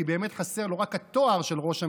כי באמת חסר לו רק התואר של ראש הממשלה,